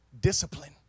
discipline